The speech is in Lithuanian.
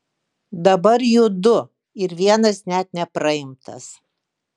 dabar jų du ir vienas net nepraimtas